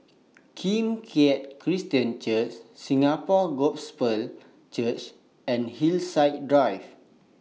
Kim Keat Christian Church Singapore Gospel Church and Hillside Drive